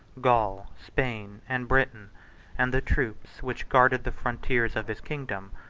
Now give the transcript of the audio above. gaul, spain, and britain and the troops, which guarded the frontiers of his kingdom,